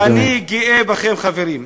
אני גאה בכם, חברים.